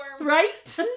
right